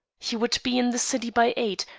he would be in the city by eight,